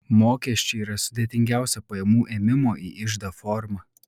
mokesčiai yra sudėtingiausia pajamų ėmimo į iždą forma